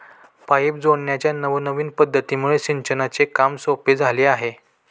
pipe जोडण्याच्या नवनविन पध्दतीमुळे सिंचनाचे काम सोपे झाले आहे